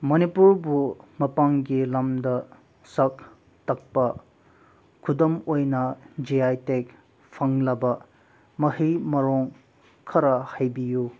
ꯃꯅꯤꯄꯨꯔꯕꯨ ꯃꯄꯥꯟꯒꯤ ꯂꯝꯗ ꯁꯛ ꯇꯥꯛꯄ ꯈꯨꯗꯝ ꯑꯣꯏꯅ ꯖꯤ ꯑꯥꯏ ꯇꯦꯛ ꯐꯪꯂꯕ ꯃꯍꯩ ꯃꯔꯣꯡ ꯈꯔ ꯍꯥꯏꯕꯤꯌꯨ